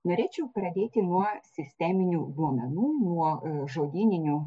norėčiau pradėti nuo sisteminių duomenų nuo žodyninių